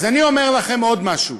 אני אומר לכם עוד משהו.